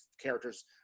characters